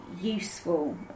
useful